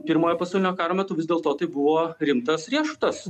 pirmojo pasaulinio karo metu vis dėlto tai buvo rimtas riešutas